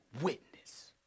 witness